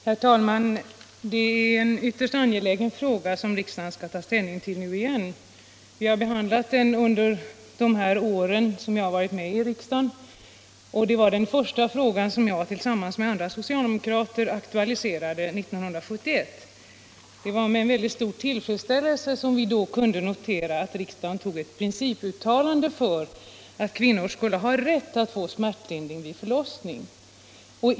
Herr talman! Det är en ytterst angelägen fråga som riksdagen skall ta ställning till nu igen. Vi har behandlat den under de år jag varit med i riksdagen. Det var den första fråga som jag tillsammans med andra socialdemokrater aktualiserade 1971. Det var med väldigt stor tillfredsställelse vi då kunde notera att riksdagen gjorde ett principuttalande om att kvinnor skulle ha rätt att få smärtlindring vid förlossning.